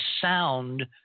sound